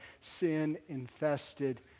sin-infested